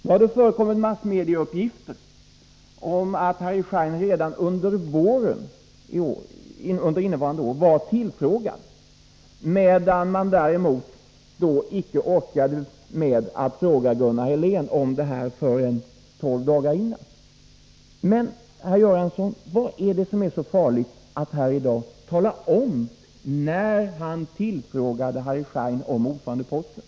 Det har förekommit uppgifter i massmedia om att Harry Schein redan under våren i år var tillfrågad, medan man icke orkade med att fråga Gunnar Helén om det här förrän tolv dagar före bolagsstämman. Varför är det så farligt att här i dag tala om när herr Göransson tillfrågade Harry Schein om ordförandeposten?